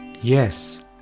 Yes